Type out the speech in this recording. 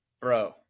bro